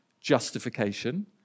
justification